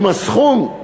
עם הסכום,